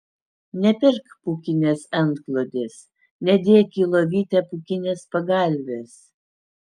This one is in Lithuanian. nepirk pūkinės antklodės nedėk į lovytę pūkinės pagalvės